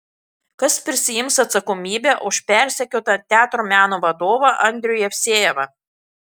kas prisiims atsakomybę už persekiotą teatro meno vadovą andrių jevsejevą